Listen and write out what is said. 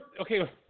okay